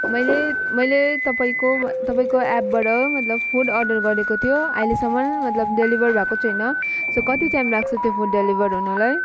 मैले मैले तपाईँको तपाईँको एपबाट मतलब फुड अर्डर गरेको थियो आहिलेसम्मन मतलब डेलिभर भएको छैन सो कति टाइम लाग्छ त्यो फुड डेलिभर्ड हुनुलाई